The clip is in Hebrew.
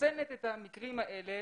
שפוסלת את המקרים האלה,